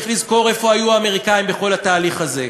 צריך לזכור איפה היו האמריקנים בכל התהליך הזה.